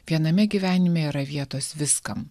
viename gyvenime yra vietos viskam